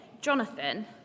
Jonathan